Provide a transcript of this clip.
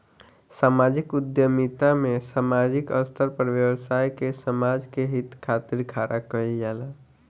सामाजिक उद्यमिता में सामाजिक स्तर पर व्यवसाय के समाज के हित खातिर खड़ा कईल जाला